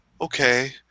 okay